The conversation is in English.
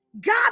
God